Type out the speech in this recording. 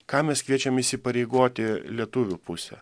ką mes kviečiam įsipareigoti lietuvių pusę